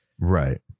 right